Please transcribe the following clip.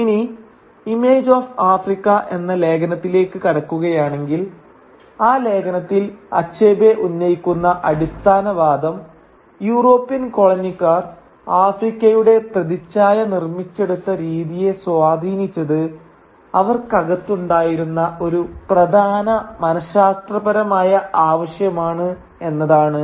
ഇനി image of Africa എന്ന ലേഖനത്തിലേക്ക് കടക്കുകയാണെങ്കിൽ ആ ലേഖനത്തിൽ അച്ഛബെ ഉന്നയിക്കുന്ന അടിസ്ഥാന വാദം യൂറോപ്യൻ കോളനിക്കാർ ആഫ്രിക്കയുടെ പ്രതിച്ഛായ നിർമ്മിച്ചെടുത്ത രീതിയെ സ്വാധീനിച്ചത് അവർക്കകത്തുണ്ടായിരുന്ന ഒരു പ്രധാന മനശാസ്ത്രപരമായ ആവശ്യമാണ് എന്നതാണ്